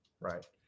Right